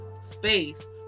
space